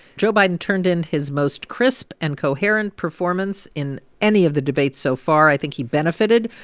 joe biden turned in his most crisp and coherent performance in any of the debates so far. i think he benefited,